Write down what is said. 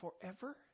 forever